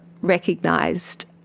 recognised